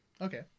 Okay